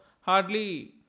hardly